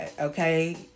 okay